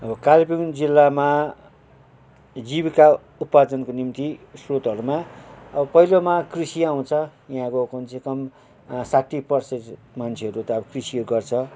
अब कालिम्पोङ जिल्लामा जीविका उपार्जनको निम्ती श्रोतहरूमा अब पहिलोमा कृषि आउँछ यहाँको कमसे कम साठी पर्सेन्ट मान्छेहरू त अब कृषि गर्छ